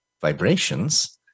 vibrations